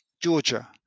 Georgia